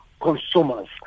consumers